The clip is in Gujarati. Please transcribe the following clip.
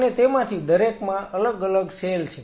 અને તેમાંથી દરેકમાં અલગ અલગ સેલ છે